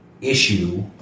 issue